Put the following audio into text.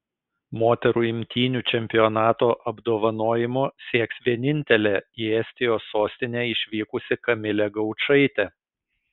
moterų imtynių čempionato apdovanojimo sieks vienintelė į estijos sostinę išvykusi kamilė gaučaitė